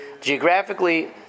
geographically